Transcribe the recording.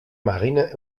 marine